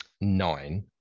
nine